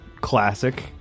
classic